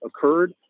occurred